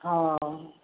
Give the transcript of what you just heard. हॅं